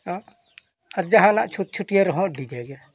ᱟᱨ ᱡᱟᱦᱟᱱᱟᱜ ᱪᱷᱩᱸᱛ ᱪᱷᱟᱹᱴᱭᱟᱹᱨ ᱨᱮᱦᱚᱸ ᱰᱤᱡᱮ ᱜᱮ